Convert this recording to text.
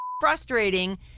frustrating